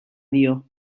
dio